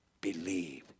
believe